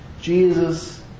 Jesus